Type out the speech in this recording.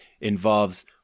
involves